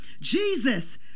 Jesus